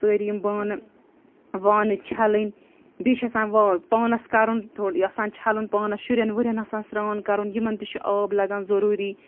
سٲری یِم بانہٕ وانہٕ چھَلٕنۍ بیٚیہِ چھِ آسان وا پانَس کَرُن تھوڑ یہِ آسان چھَلُن پانَس شُرٮ۪ن وُرٮ۪ن آسان سرٛان کَرُن یِمَن تہِ چھُ آب لَگان ضٔروٗری